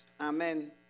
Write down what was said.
Amen